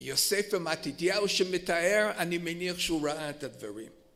יוסף ומתיתיהו שמתאר, אני מניח שהוא ראה את הדברים